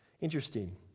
Interesting